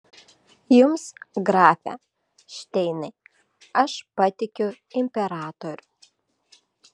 jums grafe šteinai aš patikiu imperatorių